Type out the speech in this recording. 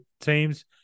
teams